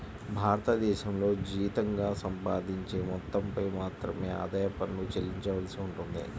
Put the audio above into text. భారతదేశంలో జీతంగా సంపాదించే మొత్తంపై మాత్రమే ఆదాయ పన్ను చెల్లించవలసి ఉంటుంది